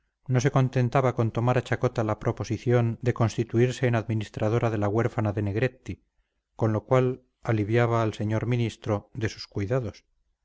no se contentaba con tomar a chacota la proposición de constituirse en administradora de la huérfana de negretti con lo cual aliviaba al señor ministro de sus cuidados sino que la relevaba ignominiosamente del cargo honrosísimo de